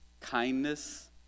kindness